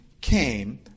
came